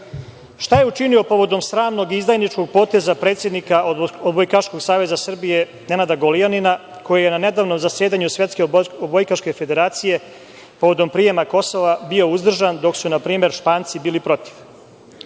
Šta je učinio povodom sramnog izdajničkog poteza predsednika Odbojkaškog saveza Srbije Nenada Golijanina koji je na nedavnom zasedanju Svetske odbojkaške federacije povodom prijema Kosova bio uzdržan dok su na primer Španci bili protiv?